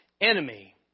enemy